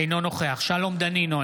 אינו נוכח שלום דנינו,